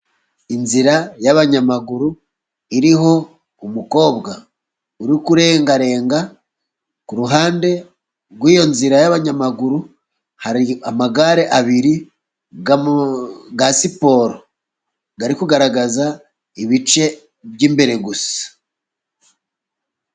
Inzira y'abanyamaguru iriho umukobwa uri kurengarenga. Ku ruhande rw'iyo nzira y'abanyamaguru hari amagare abiri ya siporo, ari kugaragaza ibice by'imbere gusa.